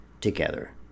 together